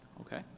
Okay